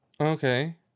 Okay